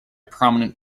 prominent